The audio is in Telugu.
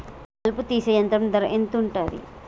కలుపు తీసే యంత్రం ధర ఎంతుటది?